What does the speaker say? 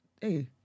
hey